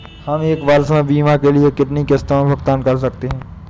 हम एक वर्ष में बीमा के लिए कितनी किश्तों में भुगतान कर सकते हैं?